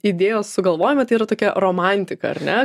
idėjos sugalvojimą yra tokia romantika ar ne